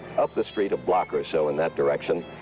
up the street a block or so in that direction,